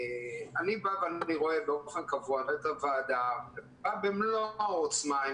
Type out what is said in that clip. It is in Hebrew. אני רואה באופן קבוע את הוועדה במלוא העוצמה עם